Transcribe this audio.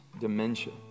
dementia